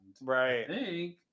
Right